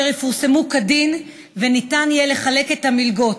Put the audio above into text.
והן יפורסמו כדין וניתן יהיה לחלק את המלגות.